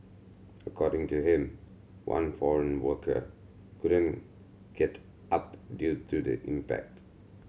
according to him one foreign worker couldn't get up due to the impact